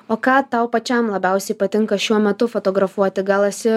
o ką tau pačiam labiausiai patinka šiuo metu fotografuoti gal esi